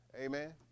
Amen